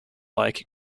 like